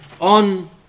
on